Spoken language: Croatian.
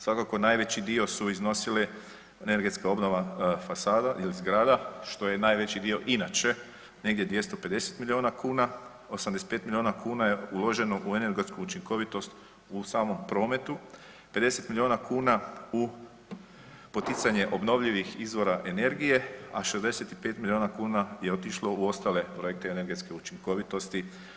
Svakako najveći dio su iznosile energetska obnova fasada ili zgrada, što je najveći dio inače negdje 250 milijuna kuna, 85 milijuna kuna je uloženo u energetsku učinkovitost u samom prometu, 50 milijuna kuna u poticanje obnovljivih izvora energije, a 65 milijuna kuna je otišlo u ostale projekte energetske učinkovitosti.